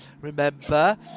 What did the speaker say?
remember